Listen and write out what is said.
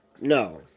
No